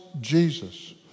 Jesus